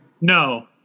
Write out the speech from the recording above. No